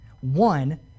One